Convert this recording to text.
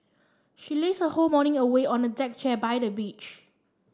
she lazed her whole morning away on a deck chair by the beach